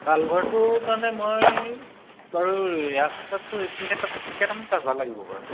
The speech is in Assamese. কালভাৰটোৰ কাৰণে মই বাৰু ৰাস্তাটো ইপিনে তাত কেইটামান কাৰভাৰ লাগিব বাৰু